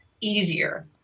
easier